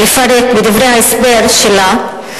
לפרט בדברי ההסבר שלה,